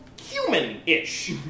human-ish